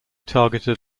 targeted